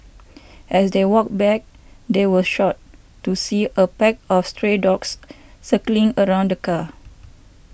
as they walked back they were shocked to see a pack of stray dogs circling around the car